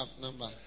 number